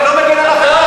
אני לא מגן על אף אחד,